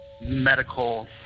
medical